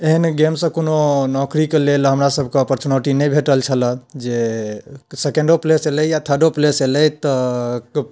एहन गेमसँ कोनो नौकरीके लेल हमरा सभकऽ ऑपरचुनिटी नहि भेटल छलऽ जे सेकेण्डो प्लेस एलै या थर्डो प्लेस एलै तऽ